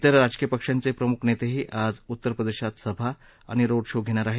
विर राजकीय पक्षांचे प्रमुख नेतेही आज उत्तस्प्रदेशात सभा आणि रोड शो घेणार आहेत